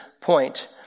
point